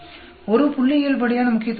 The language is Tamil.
ஒரு புள்ளியியல்படியான முக்கியத்துவம் உள்ளது